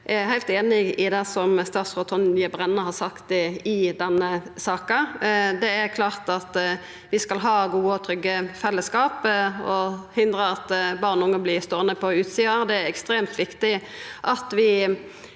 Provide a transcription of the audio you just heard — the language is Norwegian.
Eg er heilt einig i det statsråd Tonje Brenna har sagt i denne saka. Det er klart at vi skal ha gode og trygge fellesskap og hindra at barn og unge vert ståande på utsida. Det er ekstremt viktig at vi